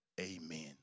Amen